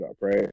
right